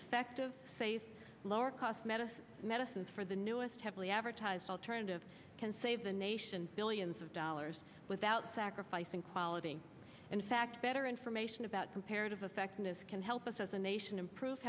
effective safe lower cost medicines medicines for the newest heavily advertised alternative can save the nation billions of dollars without sacrificing quality and in fact better information about comparative effectiveness can help us as a nation improve